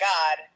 God